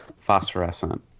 Phosphorescent